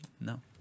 No